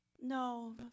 no